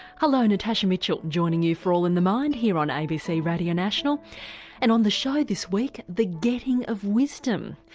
hello, natasha mitchell joining you for all in the mind here on abc radio national and on the show this week, the getting of wisdom.